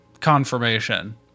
confirmation